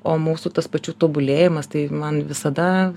o mūsų pačių tobulėjimas tai man visada